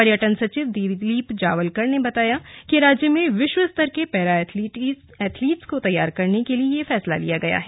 पर्यटन सचिव दिलीप जावलकर ने बताया कि राज्य में विश्व स्तर के पैरा एथलीट्स को तैयार करने के लिए ये फैसला लिया गया है